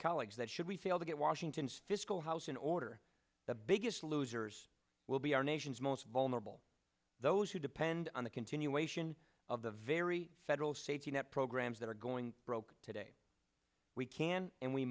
colleagues that should we fail to get washington's fiscal house in order the biggest losers will be our nation's most vulnerable those who depend on the continuation of the very federal safety net programs that are going broke today we can and we